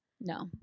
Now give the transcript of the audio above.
No